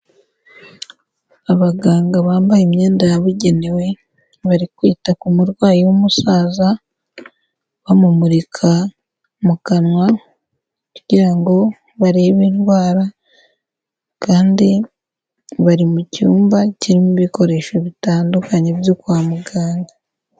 Abaganga bambaye imyenda yabugenewe bari kwita ku murwayi w'umusaza bamumurika mu kanwa kugira ngo barebe indwara, kandi bari mu cyumba kirimo ibikoresho bitandukanye byo kwa muganga.